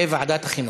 לוועדת החינוך.